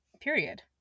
Period